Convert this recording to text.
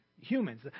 humans